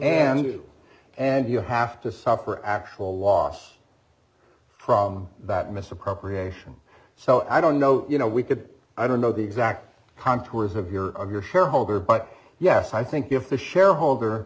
and you and you have to suffer actual loss from that misappropriation so i don't know you know we could i don't know the exact contours of your of your shareholder but yes i think if the shareholder